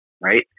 right